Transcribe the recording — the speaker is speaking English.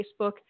Facebook